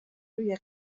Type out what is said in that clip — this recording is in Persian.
روی